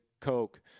Coke